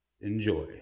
Enjoy